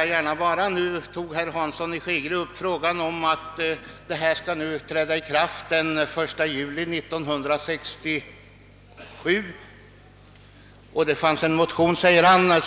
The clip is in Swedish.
Det är föreslaget att omorganisationen skall träda i kraft den 1 juli 1967, och herr Hansson i Skegrie erinrade om att man i en motion begärt